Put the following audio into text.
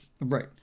Right